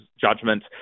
judgment